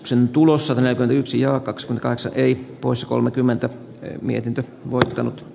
sen tulos aika yksi ja kaksi kansa ei pois kolmekymmentä een mietintö ward a